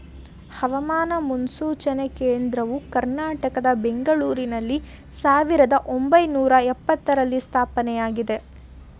ಹವಾಮಾನ ಮುನ್ಸೂಚನೆ ಕೇಂದ್ರವು ಕರ್ನಾಟಕದ ಬೆಂಗಳೂರಿನಲ್ಲಿ ಸಾವಿರದ ಒಂಬೈನೂರ ಎಪತ್ತರರಲ್ಲಿ ಸ್ಥಾಪನೆಯಾಗಿದೆ